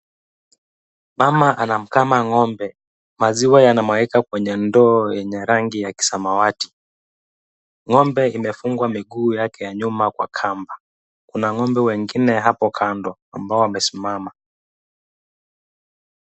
Mama anamkama ng'ombe, maziwa yanamwagika kwenye ndoo yenye rangi ya kisamawati, ng'ombe imefungwa miguu yake ya nyuma kwa kamba. Kuna ng'ombe wengine hapo kando ambao wamesimama.